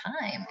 time